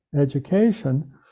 education